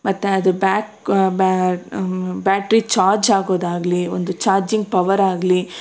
ಮತ್ತೆ ಅದು back battery ಚಾಜ್ ಆಗೋದಾಗಲಿ ಒಂದು ಚಾಜಿಂಗ್ ಪವರಾಗಲಿ